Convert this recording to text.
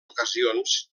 ocasions